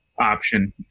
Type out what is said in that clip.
option